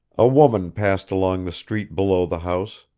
a woman passed along the street below the house,